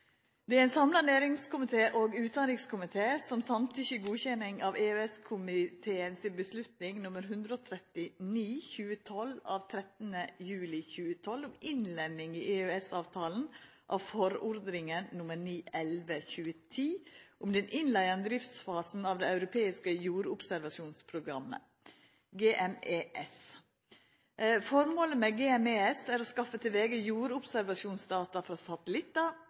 Det er ein samla næringskomité og utanrikskomité som samtykkjer til godkjenning av EØS-komiteen si avgjerd nr. 139/2012 av 13. juli 2012 om innlemming i EØS-avtalen av forordning nr. 911/2010 om den innleiande driftsfasen av det europeiske jordobservasjonsprogrammet, GMES. Formålet med GMES er å skaffa til vege jordobservasjonsdata frå